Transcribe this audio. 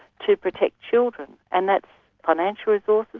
to protect children, and that's financial resources,